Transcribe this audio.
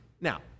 now